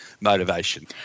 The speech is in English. motivation